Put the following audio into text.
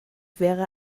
wäre